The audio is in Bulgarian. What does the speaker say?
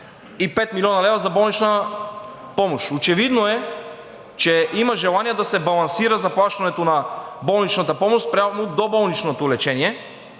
45 млн. лв. за болнична помощ. Очевидно е, че има желание да се балансира заплащането на болничната помощ спрямо доболничното лечение,